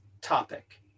topic